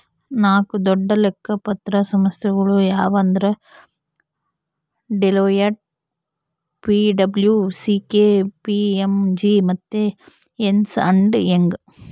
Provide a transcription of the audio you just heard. ನಾಕು ದೊಡ್ಡ ಲೆಕ್ಕ ಪತ್ರ ಸಂಸ್ಥೆಗುಳು ಯಾವಂದ್ರ ಡೆಲೋಯ್ಟ್, ಪಿ.ಡಬ್ಲೂ.ಸಿ.ಕೆ.ಪಿ.ಎಮ್.ಜಿ ಮತ್ತೆ ಎರ್ನ್ಸ್ ಅಂಡ್ ಯಂಗ್